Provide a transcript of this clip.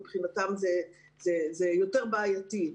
מבחינתם זה יותר בעייתי.